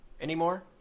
anymore